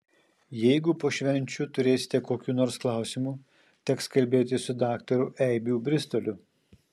jeigu po švenčių turėsite kokių nors klausimų teks kalbėtis su daktaru eibių bristoliu